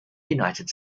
united